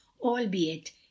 albeit